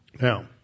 Now